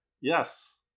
Yes